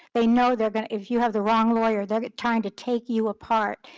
they know they're gonna if you have the wrong lawyer, they're trying to take you apart,